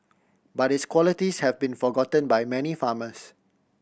but its qualities have been forgotten by many farmers